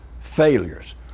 failures